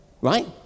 right